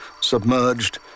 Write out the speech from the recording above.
submerged